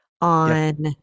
on